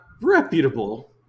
reputable